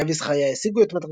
חגי וזכריה השיגו את מטרתם,